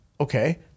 okay